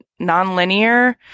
nonlinear